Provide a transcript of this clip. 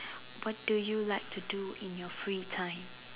what do you like to do in your free time